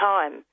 Time